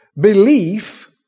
Belief